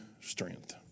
strength